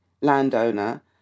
landowner